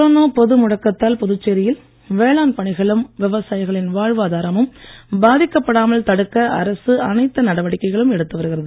corona பொது முடக்கத்தால் புதுச்சேரியில் வேளாண் பணிகளும் விவசாயிகளின் வாழ்வாதாரமும் பாதிக்கப்படாமல் தடுக்க அரசு அனைத்து நடவடிக்கைகளும் எடுத்து வருகிறது